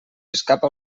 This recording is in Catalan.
escapa